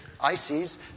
ICs